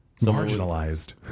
marginalized